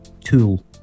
tool